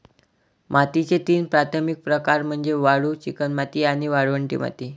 मातीचे तीन प्राथमिक प्रकार म्हणजे वाळू, चिकणमाती आणि वाळवंटी माती